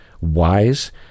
wise